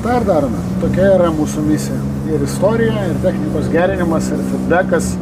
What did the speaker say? dar dar tokia yra mūsų misija ir istorija ir technikos gerinimas ir fidbekas